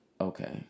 okay